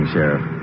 Sheriff